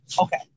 Okay